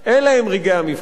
אלה הם רגעי המבחן.